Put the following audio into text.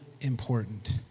important